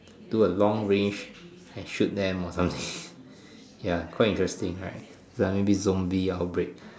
do a long range and shoot them or something ya quite interesting right so maybe zombie outbreak